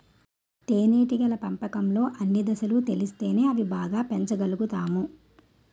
తేనేటీగల పెంపకంలో అన్ని దశలు తెలిస్తేనే అవి బాగా పెంచగలుతాము